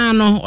no